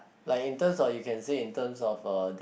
like in terms of you can say in terms of uh the